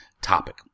topic